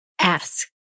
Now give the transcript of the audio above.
ask